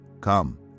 Come